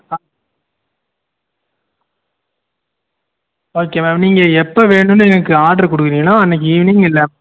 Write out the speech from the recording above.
ஆ okay ma'am நீங்கள் எப்போ வேணும்ன்னு எனக்கு ஆட்ரு கொடுக்குறிங்களோ அன்னிக்கி ஈவ்னிங் இல்லை